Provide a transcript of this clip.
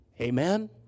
Amen